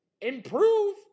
improve